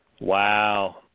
Wow